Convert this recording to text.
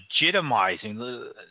legitimizing